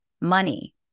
money